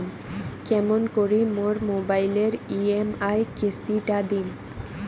কেমন করি মোর মোবাইলের ই.এম.আই কিস্তি টা দিম?